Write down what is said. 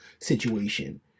situation